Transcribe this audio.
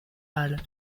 halle